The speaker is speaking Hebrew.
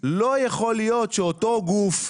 לא יכול להיות שאותו גוף,